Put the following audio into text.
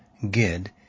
Gid